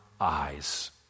eyes